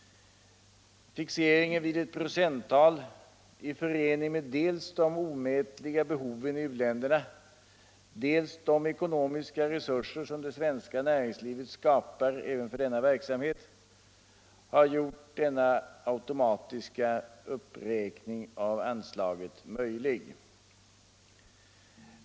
Fixeringen vid ett procenttal i förening med dels de omätliga behoven i u-länderna, dels de ekonomiska resurser som det svenska näringslivet skapar även för denna verksamhet har gjort denna automatiska upp räkning av anslaget möjlig.